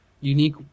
unique